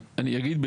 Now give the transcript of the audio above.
אני אגיד,